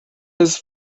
his